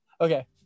Okay